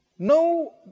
No